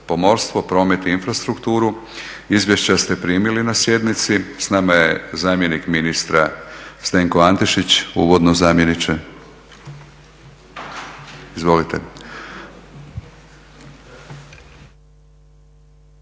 pomorstvo, promet i infrastrukturu. Izvješća ste primili na sjednici. S nama je zamjenik ministra Zdenko Antešić. Uvodno zamjeniče. Izvolite.